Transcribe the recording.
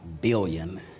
billion